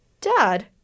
dad